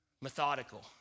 Methodical